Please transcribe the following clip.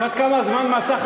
היה צלצול,